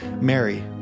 Mary